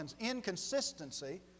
inconsistency